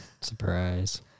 Surprise